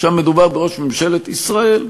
מדובר בראש ממשלת ישראל,